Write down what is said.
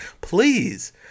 Please